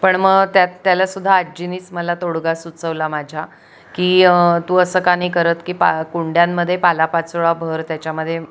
पण मग त्यात त्यालासुद्धा आज्जीनीच मला तोडगा सुचवला माझ्या की तू असं का नाही करत की पा कुंड्यांमध्ये पालापाचोळा भर त्याच्यामध्ये